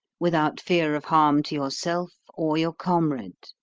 without fear of harm to yourself or your comrade.